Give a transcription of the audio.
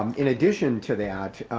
um in addition to that,